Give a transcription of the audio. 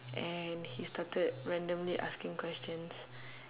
and he started randomly asking questions